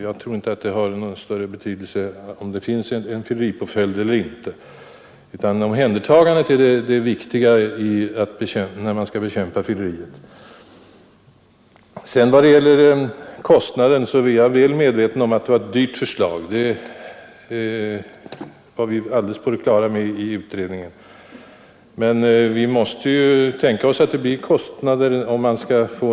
Jag tror inte att det har någon större betydelse, om det finns en fylleripåföljd eller inte, utan arten av omhändertagande är det viktiga, när man skall bekämpa fylleriet. I vad sedan gäller kostnaden så är jag väl medveten om att det var ett dyrt förslag fylleristraffutredningen kom med — det var vi i utredningen alldeles på det klara med. Men vi måste ju tänka oss att det blir å en bättre tingens ordning.